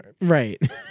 right